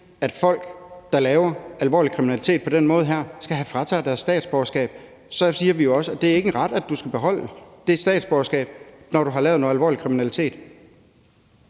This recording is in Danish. at folk, der laver alvorlig kriminalitet på den her måde, skal fratages deres statsborgerskab, så siger vi jo også, at det ikke er en ret, at du skal beholde det statsborgerskab. Kl. 16:44 Den fg. formand (Bjarne